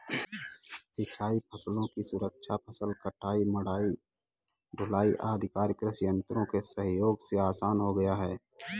सिंचाई फसलों की सुरक्षा, फसल कटाई, मढ़ाई, ढुलाई आदि कार्य कृषि यन्त्रों के सहयोग से आसान हो गया है